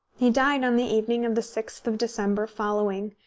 he died on the evening of the sixth of december following,